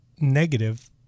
negative